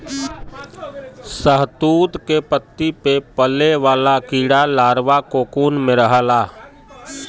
शहतूत के पत्ती पे पले वाला कीड़ा लार्वा कोकून में रहला